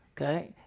Okay